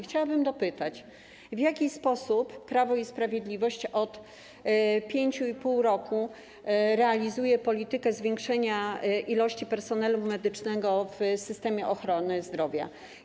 Chciałabym dopytać: W jaki sposób Prawo i Sprawiedliwość od 5,5 roku realizuje politykę zwiększenia ilości personelu medycznego w systemie ochrony zdrowia?